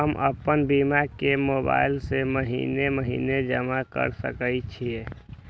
हम आपन बीमा के मोबाईल से महीने महीने जमा कर सके छिये?